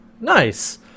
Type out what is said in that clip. nice